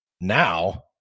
now